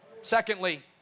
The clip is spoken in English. secondly